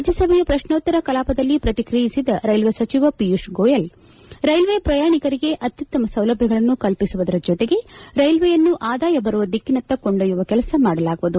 ರಾಜ್ಯ ಸಭೆಯ ಪ್ರಶ್ನೋತ್ತರ ಕಲಾವದಲ್ಲಿ ಪ್ರಕಿಕ್ರಿಯೆಸಿದ ರೈಲ್ವೆ ಸಚಿವ ಪಿಯೂಷ್ ಗೋಯಲ್ ರೈಲ್ವೆ ಪ್ರಯಾಣಿಕರಿಗೆ ಅತ್ತುತ್ತಮ ಸೌಲಭ್ಯಗಳನ್ನು ಕಲ್ಪಿಸುವುದರ ಜೊತೆಗೆ ರೈಲ್ವೆಯನ್ನು ಆದಾಯ ಬರುವ ದಿಕ್ಕಿನತ್ತ ಕೊಂಡೊಯ್ಯುವ ಕೆಲಸ ಮಾಡಲಾಗುವುದು